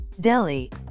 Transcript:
Delhi